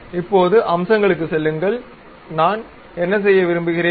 இப்போது அம்சங்களுக்குச் செல்லுங்கள் நான் என்ன செய்ய விரும்புகிறேன்